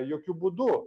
jokiu būdu